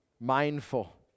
mindful